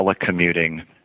telecommuting